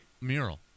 mural